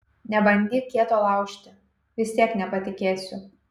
nebandyk kieto laužti vis tiek nepatikėsiu